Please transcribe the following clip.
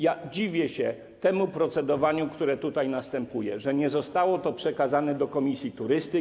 Ja dziwię się temu procedowaniu, które tutaj następuje, że nie zostało to przekazane do komisji turystyki.